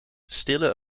stille